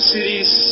Cities